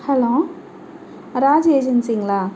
hello Raj ஏஜென்சிங்களா